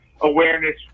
awareness